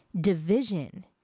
division